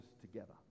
together